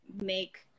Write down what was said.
make